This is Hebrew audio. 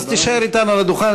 אז תישאר אתנו על הדוכן.